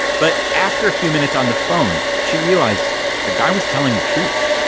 but after a few minutes on the phone she realized the guy was telling the truth.